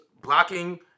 blocking